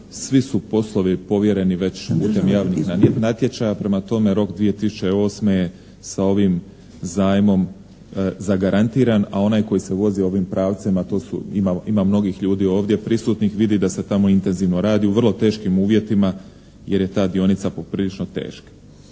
Svi su poslovi povjereni već putem javnih natječaja. Prema tome, rok 2008. je sa ovim zajmom zagarantiran a onaj koji se vozi ovim pravcem a to su ima mnogih ljudi ovdje prisutnih, vidi se tamo intenzivno radi u vrlo teškim uvjetima jer je ta dionica poprilično teška.